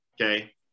okay